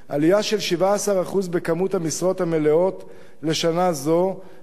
עלייה של 17% במספר המשרות המלאות לשנה זו של